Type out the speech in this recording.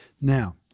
Now